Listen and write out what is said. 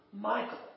Michael